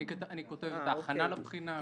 אני כותב את ההכנה לבחינה.